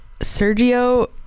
Sergio